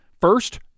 First